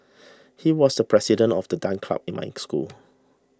he was the president of the dance club in my school